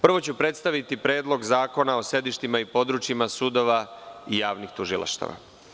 Prvo ću predstaviti Predlog zakona o sedištima i područjima sudova i javnih tužilaštava.